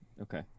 Okay